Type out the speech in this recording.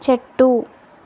చెట్టు